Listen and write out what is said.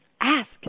ask